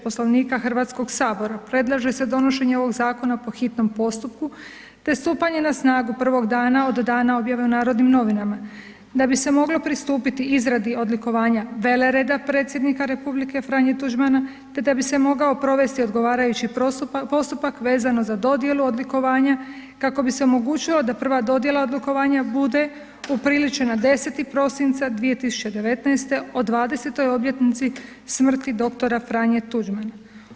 Poslovnika Hrvatskog sabora, predlaže se donošenje ovog zakona po hitnom postupku te stupanje na snagu prvog dana od dana objave u Narodnim novinama da bi se moglo pristupiti izradi odlikovanja velereda Predsjednika Republike Franje Tuđmana te da bi se mogao provesti odgovarajući postupak vezano za dodjelu odlikovanja kako bi se omogućilo da prva dodjela odlikovanja bude upriličena 10. prosinca 2019. o 20. obljetnici smrti dr. Franje Tuđmana.